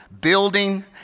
building